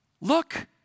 look